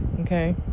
okay